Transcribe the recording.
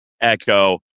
echo